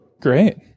Great